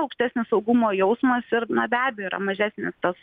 aukštesnis saugumo jausmas ir na be abejo yra mažesnistas